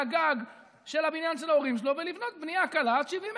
לגג של הבניין של ההורים שלו ולבנות בנייה קלה עד 70 מטר?